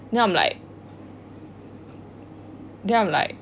the I'm like then I'm like